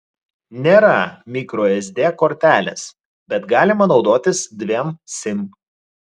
nėra mikro sd kortelės bet galima naudotis dviem sim